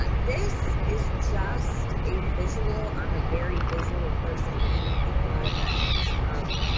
but this is just a visual. i'm a very visual person and i think a lot of that comes from